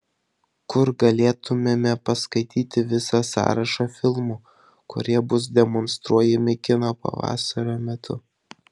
kur galėtumėme paskaityti visą sąrašą filmų kurie bus demonstruojami kino pavasario metu